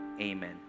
Amen